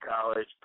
college